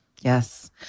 Yes